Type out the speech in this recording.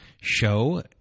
show